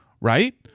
right